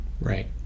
right